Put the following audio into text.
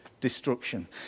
destruction